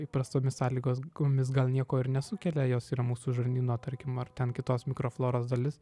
įprastomis sąlygosgomis gal nieko ir nesukelia jos yra mūsų žarnyno tarkim ar ten kitos mikrofloros dalis